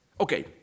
Okay